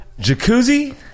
jacuzzi